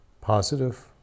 positive